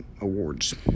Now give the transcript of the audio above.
awards